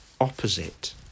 opposite